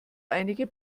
einige